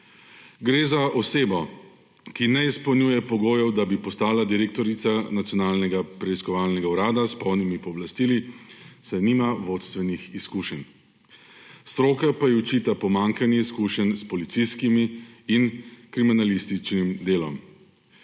Gre za osebo, ki ne izpolnjuje pogojev, da bi postala direktorica Nacionalnega preiskovalnega urada s polnimi pooblastili, saj nima vodstvenih izkušenj. Stroka pa ji očita pomanjkanje izkušenj s policijskim in kriminalističnim delom.